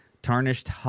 tarnished